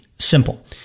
simple